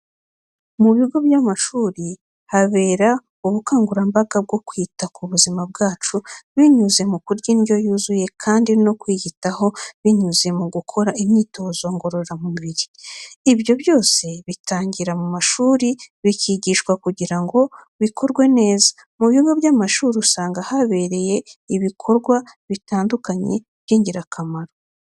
Mu bigo by'amashuri habera ubukangurambaga bwo kwita ku buzima bwacu, binyuze mu kurya indyo yuzuye kandi no kwiyitaho binyuze mu gukora imyitozo ngororamubiri. Ibyo byose bitangirira mu mashuri bikigishwa kugira ngo bikorwe neza, mu bigo by'amashuri usanga habereye ibikorwa bitandukanye byingirakamaro.